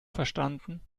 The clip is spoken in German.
verstanden